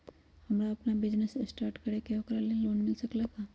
हमरा अपन business start करे के है ओकरा लेल लोन मिल सकलक ह?